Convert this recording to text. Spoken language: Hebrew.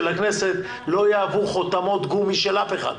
הכנסת לא יהוו חותמות גומי של אף אחד.